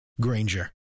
Granger